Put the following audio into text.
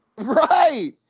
Right